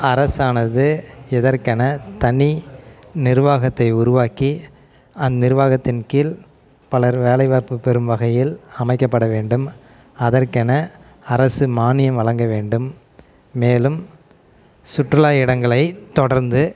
அரசானது இதற்கென தனி நிருவாகத்தை உருவாக்கி அந்நிருவாகத்தின் கீழ் பலர் வேலைவாய்ப்பு பெரும் வகையில் அமைக்கப்பட வேண்டும் அதற்கென அரசு மானியம் வழங்க வேண்டும் மேலும் சுற்றுலா இடங்களை தொடர்ந்து